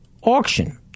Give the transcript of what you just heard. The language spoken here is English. auction